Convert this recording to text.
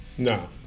No